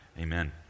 amen